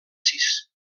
sis